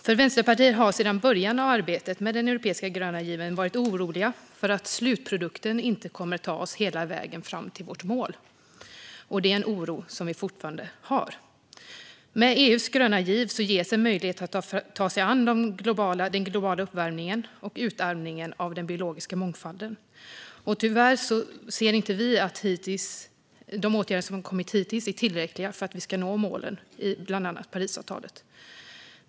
Vi i Vänsterpartiet har sedan början av arbetet med den europeiska gröna given varit oroliga för att slutprodukten inte kommer att ta oss hela vägen fram till vårt mål. Det är en oro som vi fortfarande har. Med EU:s gröna giv ges en möjlighet att ta sig an den globala uppvärmningen och utarmningen av den biologiska mångfalden. Tyvärr har vi inte sett att de åtgärder som hittills vidtagits är tillräckliga för att nå målen i bland annat Parisavtalet.